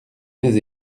les